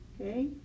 okay